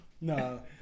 No